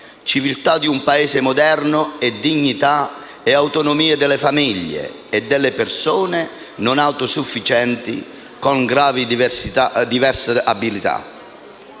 Civiltà di un Paese moderno e dignità e autonomia delle famiglie e delle persone non autosufficienti con grave «diversa abilità».